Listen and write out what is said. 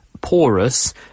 porous